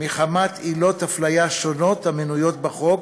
מחמת עילות אפליה שונות, המנויות בחוק,